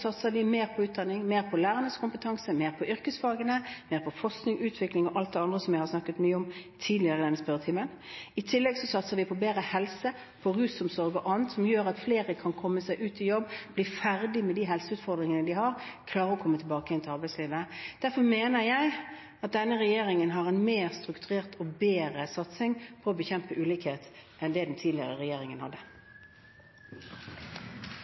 satser vi mer på utdanning, lærernes kompetanse, yrkesfagene, forskning, utvikling og alt det andre jeg har snakket mye om tidligere i denne spørretimen. I tillegg satser vi på bedre helse, rusomsorg og annet som gjør at flere kan komme seg ut i jobb, bli ferdige med de helseutfordringene de har, og klare å komme tilbake til arbeidslivet. Derfor mener jeg at denne regjeringen har en mer strukturert og bedre satsing på å bekjempe ulikhet enn den tidligere regjeringen hadde.